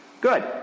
Good